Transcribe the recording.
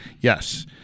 Yes